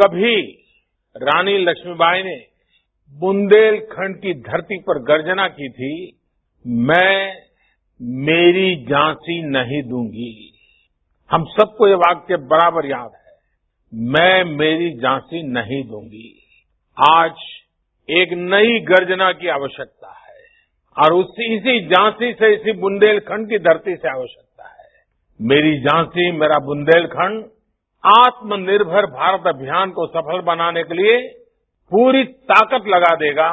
कभी रानी लक्ष्मी बाईने बुंदेलखंड की धरती पर गर्जना की थी मै मेरी झांसी नही दूंगी हम सबको यह वाक्य बराबर याद है आज एक नयी गर्जना की आवश्यकता है और इसी झांसी से इसी बुंदेलखंड की धरती से आवश्यकता है मेरी झांसी मेरा बुंदेलखंड आत्मनिर्भर भारत अभियान को सफल बनाने के लिये पुरी ताकद लगा देगा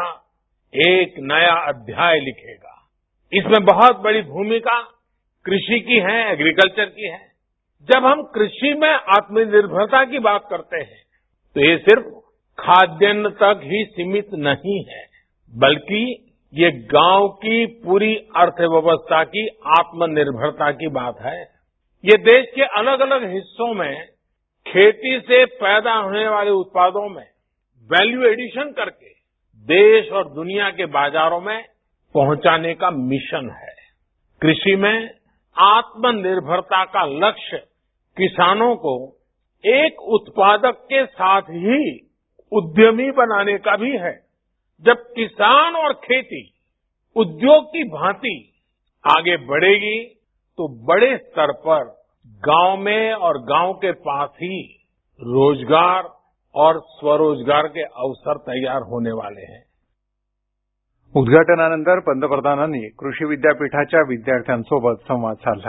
एक नया अध्याय लीखेगा इसमे बहोत बडी भूमिका कृषी की है जब हम कृषी में आत्मनिर्भरता की बात करते है तो यह सिर्फ खाद्यान्न तक ही सीमित नही है बल्की यह गांव की पुरी अर्थव्यवस्था की आत्मनिर्भरता की बात है यह देश के अलगअलग हिस्सो में खेती से पैदा होने वाले उत्पादो में व्हाल्यू एडिशन करके देश और दुनिया के बाजारो में पोहचानेका मिशन है कृषी में आत्मनिर्भरता का लक्ष्य एक उत्पादक के साथ ही उद्यमी बनाने का भी है जब किसान और खेती उद्योग की भाती आगे बढेगी तो बडे स्तर पर गांव में और गांव के पास ही रोजगार और स्वरोजगार के अवसर तैयार होने वाले है उद्घाटनानंतर पंतप्रधानांनी कृषी विद्यापीठाच्या विद्यार्थ्यांसोबत संवाद साधला